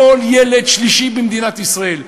כל ילד שלישי במדינת ישראל,